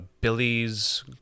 Billy's